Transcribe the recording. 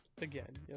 again